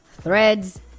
Threads